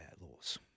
laws